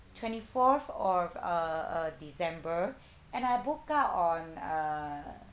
twenty fourth of uh uh december and I booked out on uh